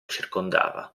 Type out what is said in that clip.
circondava